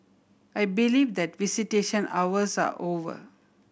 I believe that visitation hours are over